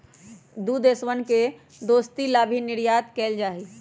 दु देशवन के दोस्ती ला भी निर्यात कइल जाहई